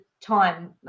time